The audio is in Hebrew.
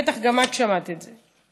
בטח גם את שמעת את זה.